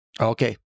Okay